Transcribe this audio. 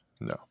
No